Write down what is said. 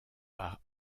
par